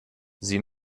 sie